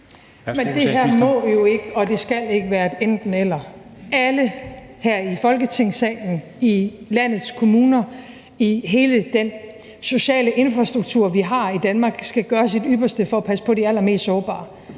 Men det her må jo ikke og skal ikke være et enten-eller. Alle her i Folketingssalen, i landets kommuner, i hele den sociale infrastruktur, vi har i Danmark, skal gøre deres ypperste for at passe på de allermest sårbare.